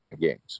games